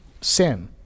sin